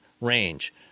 range